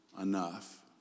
enough